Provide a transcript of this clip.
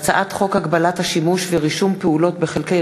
הצעת חוק הגבלת השימוש ורישום פעולות בחלקי